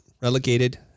relegated